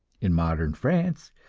in modern france,